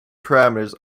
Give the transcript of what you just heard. parameters